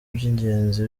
iby’ingenzi